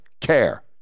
care